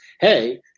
hey